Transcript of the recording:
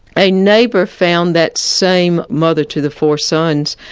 a neighbour found that same mother to the four sons,